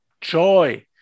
joy